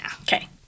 Okay